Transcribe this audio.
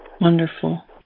Wonderful